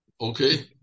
okay